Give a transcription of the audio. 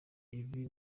ibi